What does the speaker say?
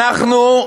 אנחנו,